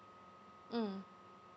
mm